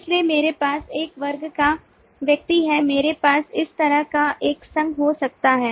इसलिए मेरे पास एक वर्ग का व्यक्ति है मेरे पास इस तरह का एक संघ हो सकता है